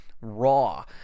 raw